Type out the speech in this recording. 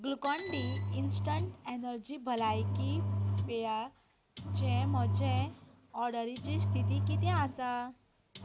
Glucon D instant energy भलायकी पेयाचें म्हजे ऑर्डरीची स्थिती कितें आसा